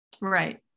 Right